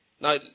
Now